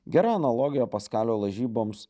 gera analogija paskalio lažyboms